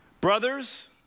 brothers